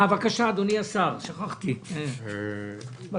אדוני השר, בבקשה.